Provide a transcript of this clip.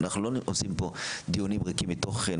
אנחנו לא עושים פה דיונים ריקים מתוכן,